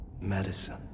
Medicine